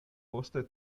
poste